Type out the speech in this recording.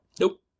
Nope